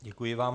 Děkuji vám.